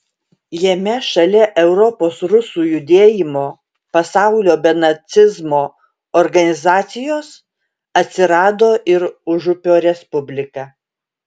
jame šalia europos rusų judėjimo pasaulio be nacizmo organizacijos atsirado ir užupio respublika